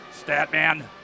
Statman